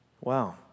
Wow